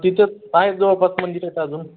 तिथं आहेत जवळपास मंदिरं आहेत अजून